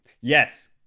Yes